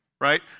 right